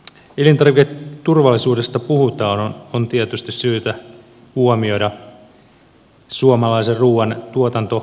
kun elintarviketurvallisuudesta puhutaan on tietysti syytä huomioida suomalaisen ruuan tuotantoedellytykset